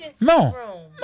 No